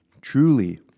Truly